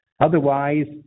Otherwise